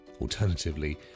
Alternatively